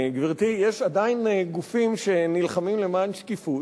גברתי, יש עדיין גופים שנלחמים למען שקיפות,